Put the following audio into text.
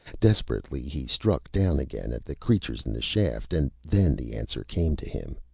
desperately, he struck down again at the creatures in the shaft, and then the answer came to him.